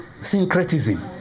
Syncretism